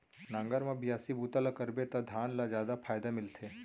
नांगर म बियासी बूता ल करबे त धान ल जादा फायदा मिलथे